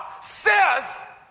says